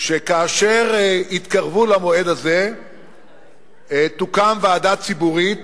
שכאשר יתקרבו למועד הזה תוקם ועדה ציבורית,